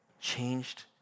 changed